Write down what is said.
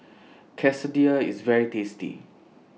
Quesadillas IS very tasty